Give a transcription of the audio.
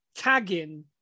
tagging